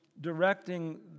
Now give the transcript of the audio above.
directing